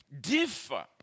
differ